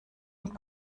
und